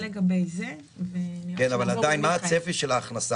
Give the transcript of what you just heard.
מה הצפי של ההכנסה?